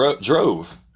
drove